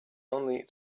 only